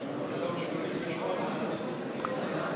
את חבר